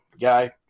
guy